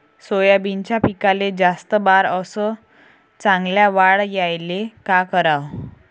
सोयाबीनच्या पिकाले जास्त बार अस चांगल्या वाढ यायले का कराव?